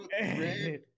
Red